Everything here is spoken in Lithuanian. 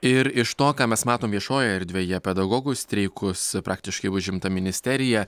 ir iš to ką mes matom viešojoje erdvėje pedagogų streikus praktiškai užimta ministerija